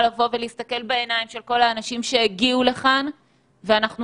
להסתכל בעיניים של כל האנשים שהגיעו לכאן ואנחנו